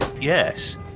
yes